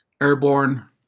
airborne